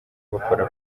bakora